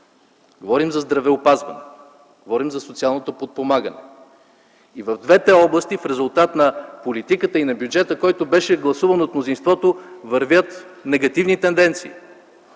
Говорим за здравеопазване, говорим за социално подпомагане, и в двете области в резултат на политиката и на бюджета, който беше гласуван от мнозинството, вървят негативни тенденции.